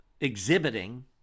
exhibiting